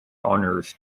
honours